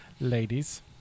ladies